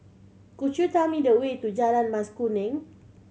could you tell me the way to Jalan Mas Kuning